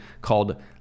called